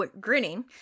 grinning